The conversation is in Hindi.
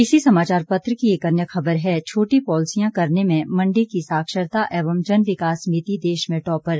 इसी समाचार पत्र की एक अन्य खबर है छोटी पालिसियां करने में मंडी की साक्षरता एवं जन विकास समिति देश में टॉपर